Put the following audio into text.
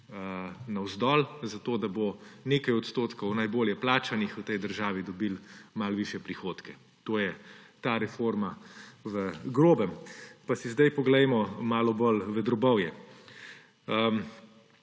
navzdol zato, da bo nekaj odstotkov najbolje plačanih v tej državo dobilo malo višje prihodke. To je ta reforma v grobem. Pa si zdaj poglejmo malo bolj v drobovje.